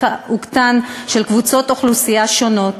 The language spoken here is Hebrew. בזכאותן של קבוצות אוכלוסייה שונות